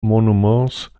monuments